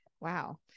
Wow